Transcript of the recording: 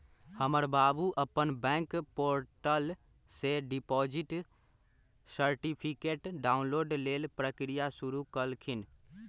हमर बाबू अप्पन बैंक पोर्टल से डिपॉजिट सर्टिफिकेट डाउनलोड लेल प्रक्रिया शुरु कलखिन्ह